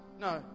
No